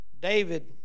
David